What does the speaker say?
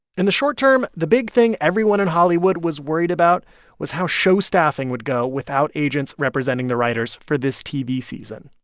in the short term, the big thing everyone in hollywood was worried about was how show staffing would go without agents representing the writers for this tv season.